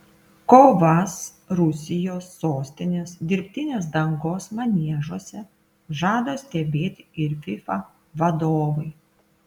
kovas rusijos sostinės dirbtinės dangos maniežuose žada stebėti ir fifa vadovai